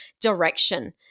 direction